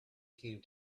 came